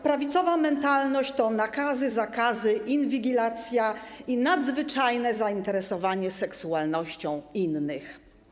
Prawicowa mentalność to nakazy, zakazy, inwigilacja i nadzwyczajne zainteresowanie seksualnością innych.